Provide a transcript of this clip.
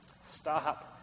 Stop